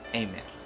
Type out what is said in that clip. amen